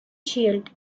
shield